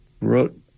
wrote